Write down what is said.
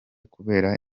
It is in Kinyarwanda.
kubera